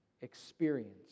experience